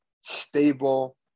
stable